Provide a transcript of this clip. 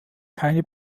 keine